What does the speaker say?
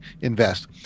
invest